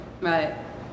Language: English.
Right